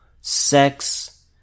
sex